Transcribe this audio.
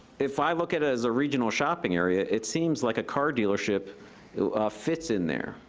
if i look at it as a regional shopping area, it seems like a car dealership fits in there.